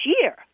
year